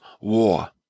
war